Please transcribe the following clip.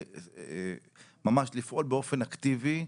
ממש לפעול באופן אקטיבי,